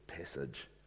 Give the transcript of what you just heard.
passage